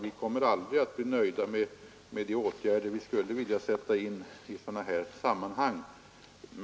Vi kommer aldrig att kunna sätta in alla de åtgärder vi skulle vilja sätta in i sådana här sammanhang.